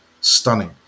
stunning